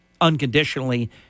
unconditionally